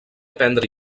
aprendre